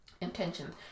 Intentions